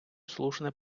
слушне